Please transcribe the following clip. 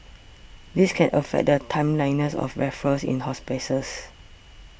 this can affect the timeliness of referrals in hospices